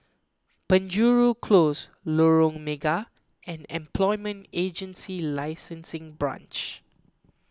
Penjuru Close Lorong Mega and Employment Agency Licensing Branch